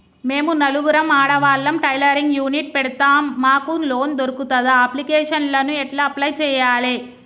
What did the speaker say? మేము నలుగురం ఆడవాళ్ళం టైలరింగ్ యూనిట్ పెడతం మాకు లోన్ దొర్కుతదా? అప్లికేషన్లను ఎట్ల అప్లయ్ చేయాలే?